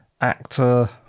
actor